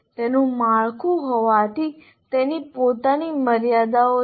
તેનું માળખું હોવાથી તેની પોતાની મર્યાદાઓ છે